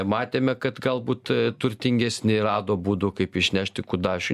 matėme kad galbūt turtingesni rado būdų kaip išnešti kudašių